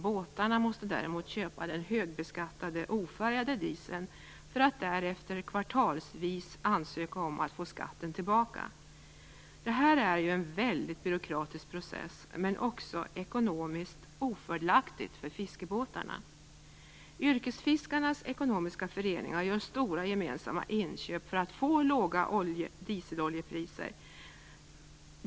Båtarna måste däremot köpa den högbeskattade ofärgade dieseln för att därefter kvartalsvis ansöka om att få skatten tillbaka. Det här är ju en väldigt byråkratisk process, men också ekonomiskt ofördelaktig för fiskebåtarna. Yrkesfiskarnas ekonomiska föreningar gör stora gemensamma inköp för att få låga dieseloljepriser.